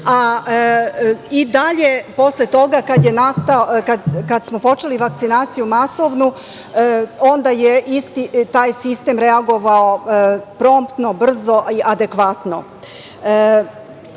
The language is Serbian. i dalje posle toga kada smo počeli vakcinaciju masovnu, onda je isti taj sistem reagovao promptno, brzo i adekvatno. Što